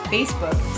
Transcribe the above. Facebook